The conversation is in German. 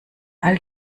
all